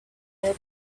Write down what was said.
into